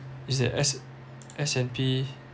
is that S S_&_P